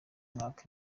umwaka